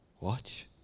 Watch